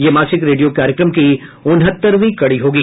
यह मासिक रेडियो कार्यक्रम की उनहत्तरवीं कड़ी होगी